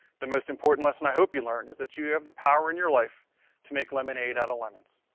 the most important lesson i hope you learned is that you have the power in your life to make lemonade out of lemons.